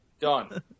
Done